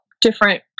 different